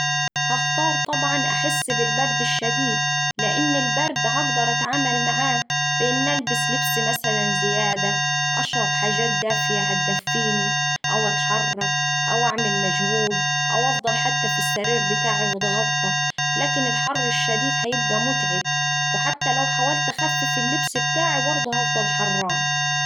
هختار طبعا أحس بالبرد الشديد لإن البرد هقدر أتعامل معاه بإن ألبس لبس مثلا زيادة أشرب حاجات دافية هتدفيني أو أتحرك أو أعمل مجهود أو أفضل في حتى في السرير بتاعي واتغطا. لكن الحر الشديد هيبقا متعب وحتى لو حاولت أخفف اللبس بتاعي برضه هفضل حرانة.